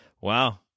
Wow